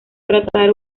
tratar